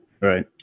Right